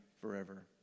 forever